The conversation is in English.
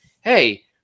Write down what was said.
hey